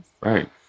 Right